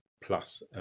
plus